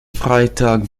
freitag